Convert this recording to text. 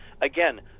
Again